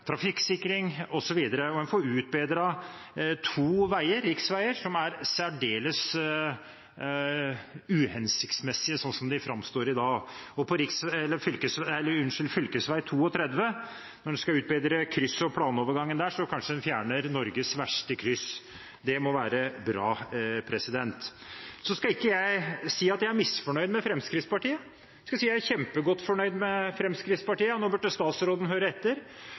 trafikksikring osv. En får utbedret to riksveier som er særdeles uhensiktsmessige sånn som de framstår i dag. Når en utbedrer planovergangen på fv. 32 og krysset der, fjernes kanskje Norges verste kryss, og det må være bra. Jeg skal ikke si jeg er misfornøyd med Fremskrittspartiet, jeg er kjempegodt fornøyd med Fremskrittspartiet, og nå burde statsråden høre etter: